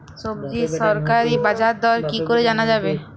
সবজির সরকারি বাজার দর কি করে জানা যাবে?